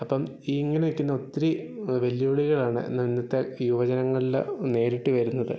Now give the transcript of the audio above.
അപ്പം ഇങ്ങനെ ഇരിക്കുന്ന ഒത്തിരി വെല്ലുവിളികളാണ് ഇന്ന് ഇന്നത്തെ യുവജനങ്ങളിൽ നേരിട്ട് വരുന്നത്